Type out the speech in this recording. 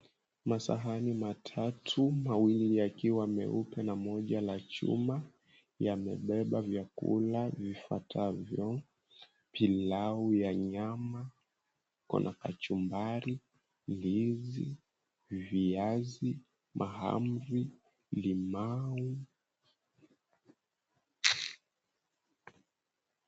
Masahani matatu, mawili yakiwa meupe na moja la chuma yamebeba vyakula vifuatavyo: pilau ya nyama, kuna kachumbari, ndizi, viazi, mahamri, limau.